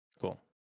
cool